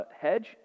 hedge